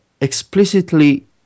explicitly